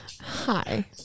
Hi